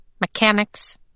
mechanics